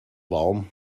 warm